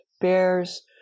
bears